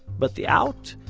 but the out,